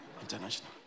international